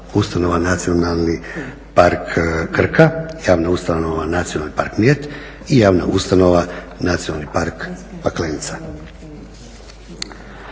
ustanova Nacionalni park Krka, javna ustanova Nacionalni park Mljet i javna ustanova Nacionalni park Paklenica.